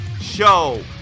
show